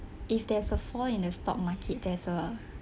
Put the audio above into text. if there's a fall in the stock market there's a